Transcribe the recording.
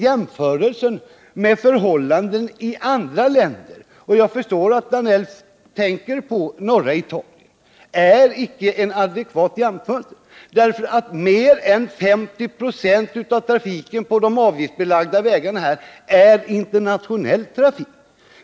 Jämförelsen med förhållanden i andra länder — jag förstår att herr Danell då bl.a. tänker på norra Italien — är icke adekvat, eftersom mer än 50 96 av trafiken på de avgiftsbelagda vägarna där består av internationell trafik.